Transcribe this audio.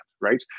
right